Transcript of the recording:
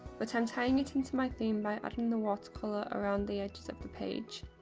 but i'm tying it into my theme by adding the watercolour around the edges of the page.